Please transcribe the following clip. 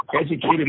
educated